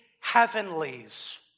heavenlies